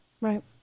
Right